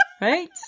Right